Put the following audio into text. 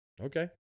okay